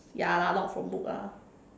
ya lah not from book lah